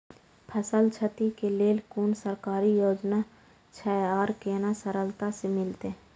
फसल छति के लेल कुन सरकारी योजना छै आर केना सरलता से मिलते?